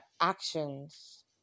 actions